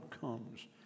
comes